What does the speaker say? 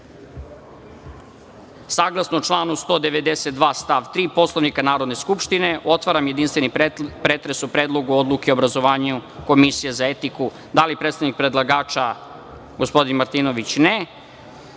članu 192. stav 3. Poslovnika Narodne skupštine, otvaram jedinstveni pretres o Predlogu odluke o obrazovanju Komisije za etiku. Da li predstavnik predlagača gospodin Martinović želi